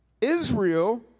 Israel